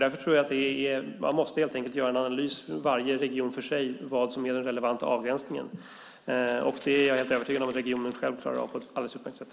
Varje region för sig måste göra en analys om vad som är en relevant avgränsning. Det är jag övertygad om att regionerna själva klarar av på ett alldeles utmärkt sätt.